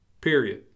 Period